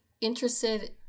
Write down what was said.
interested